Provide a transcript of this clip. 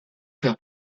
faire